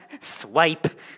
Swipe